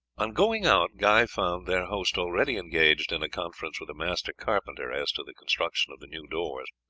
on going out guy found their host already engaged in a conference with a master carpenter as to the construction of the new doors.